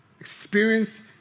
Experience